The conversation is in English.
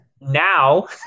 Now